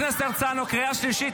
חבר הכנסת הרצנו, קריאה שלישית.